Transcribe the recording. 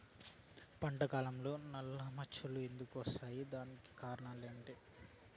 పంట కాలంలో నల్ల మచ్చలు ఎందుకు వస్తాయి? దానికి కారణం ఏమి?